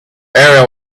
area